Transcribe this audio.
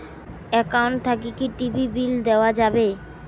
Account থাকি কি TV bill দেওয়া যাবে?